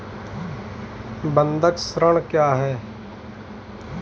बंधक ऋण क्या है?